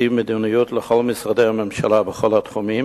מכתיב מדיניות לכל משרדי הממשלה בכל התחומים